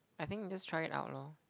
I think just try it out lor